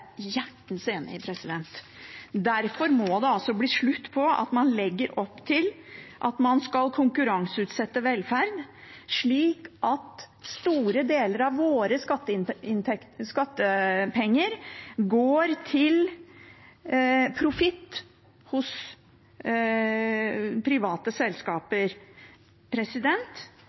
hjertens enig i. Derfor må det bli slutt på at man legger opp til at man skal konkurranseutsette velferd, slik at store deler av våre skattepenger går til profitt hos private selskaper.